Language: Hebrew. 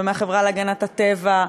ומהחברה להגנת הטבע,